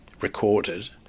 recorded